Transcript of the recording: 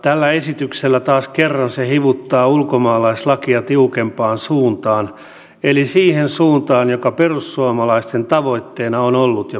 tällä esityksellä taas kerran se hivuttaa ulkomaalaislakia tiukempaan suuntaan eli siihen suuntaan joka perussuomalaisten tavoitteena on ollut jo pitkään